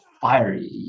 fiery